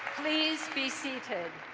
please be seated.